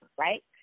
Right